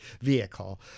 vehicle